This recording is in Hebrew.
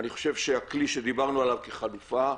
אני חושב שהכלי שדיברנו עליו כחלופה,